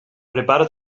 prepara